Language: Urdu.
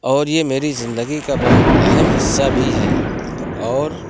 اور یہ میری زندگی کا بہت اہم حصّہ بھی ہے اور